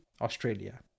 Australia